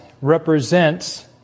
represents